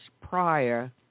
prior